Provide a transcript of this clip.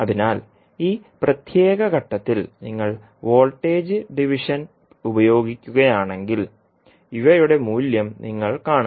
അതിനാൽ ഈ പ്രത്യേക ഘട്ടത്തിൽ നിങ്ങൾ വോൾട്ടേജ് ഡിവിഷൻ ഉപയോഗിക്കുകയാണെങ്കിൽ ഇവയുടെ മൂല്യം നിങ്ങൾ കാണും